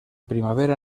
primavera